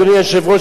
אדוני היושב-ראש,